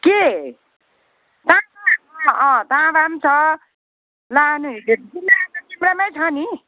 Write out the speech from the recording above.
के तामा अँ तामा पनि छ लानु सिमरायो त तिम्रोमै छ नि